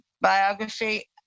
biography